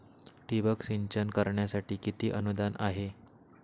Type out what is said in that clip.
ठिबक सिंचन करण्यासाठी किती अनुदान आहे?